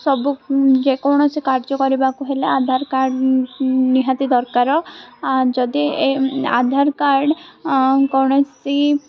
ସବୁ ଯେକୌଣସି କାର୍ଯ୍ୟ କରିବାକୁ ହେଲେ ଆଧାର କାର୍ଡ଼ ନିହାତି ଦରକାର ଯଦି ଏ ଆଧାର କାର୍ଡ଼ କୌଣସି